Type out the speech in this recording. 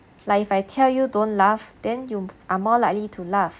like if I tell you don't laugh then you are more likely to laugh